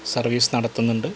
service നടത്തുന്നുണ്ട്